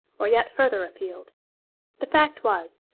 or yet further afield the fact was,